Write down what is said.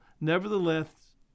Nevertheless